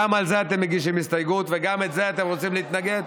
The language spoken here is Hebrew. גם על זה אתם מגישים הסתייגות וגם לזה אתם רוצים להתנגד?